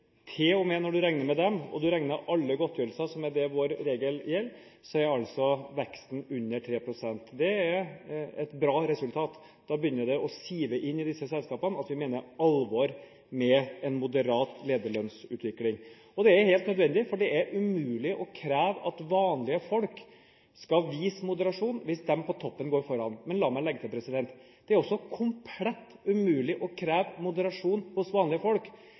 når du regner med dem, og du regner med alle godtgjørelser, som er vår regel, så er altså veksten under 3 pst. Det er et bra resultat. Da begynner det å sive inn i disse selskapene at vi mener alvor med en moderat lederlønnsutvikling. Det er også helt nødvendig, for det er umulig å kreve at vanlige folk skal vise moderasjon hvis de på toppen går foran. Men la meg legge til: Det er også komplett umulig å kreve moderasjon hos vanlige folk